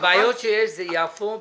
הבעיות שיש זה בבית הדין השרעי ביפו.